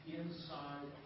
inside